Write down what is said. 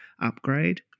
upgrade